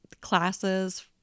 classes